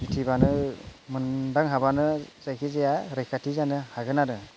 मिथिबानो मोनदांहाबानो जायखिजाया रैखाथि गोनां जानो हागोन आरो